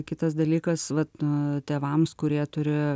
kitas dalykas vat nu tėvams kurie turi